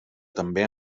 també